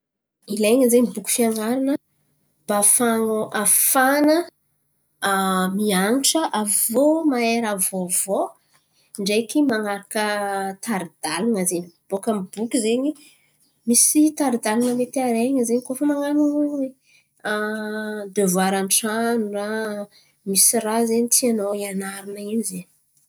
Ilain̈a zen̈y boky fian̈arana mba hahafan̈ao hahafahana mian̈atra aviô mahay raha vaovao ndreky man̈araka tari-dalan̈a zen̈y. Bôka amy boky zen̈y misy tari-dalan̈a mety arehan̈a zen̈y koa fa man̈ano devoara an-trano na misy raha zen̈y tianao ianarana iny zen̈y.